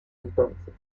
entonces